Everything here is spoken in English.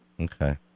Okay